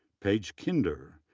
paige kinder,